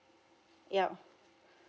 yeah